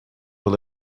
will